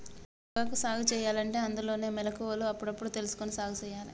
పొగాకు సాగు సెయ్యలంటే అందులోనే మొలకలు అప్పుడప్పుడు తెలుసుకొని సెయ్యాలే